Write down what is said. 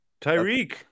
Tyreek